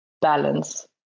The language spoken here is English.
balance